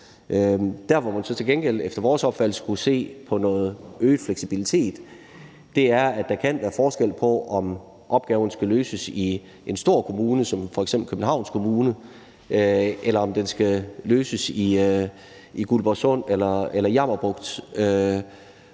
til gengæld efter vores opfattelse skulle se på noget øget fleksibilitet, er den omstændighed, at der kan være forskel på, om opgaven skal løses i en stor kommune som f.eks. Københavns Kommune, eller om den skal løses i Guldborgsund eller Jammerbugt.